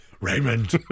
Raymond